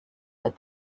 that